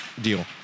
deal